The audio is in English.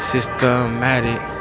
Systematic